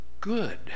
good